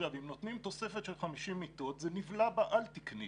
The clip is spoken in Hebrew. אם נותנים תוספת של 50 מיטות, זה נבלע בעל תקני.